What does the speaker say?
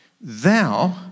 Thou